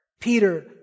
Peter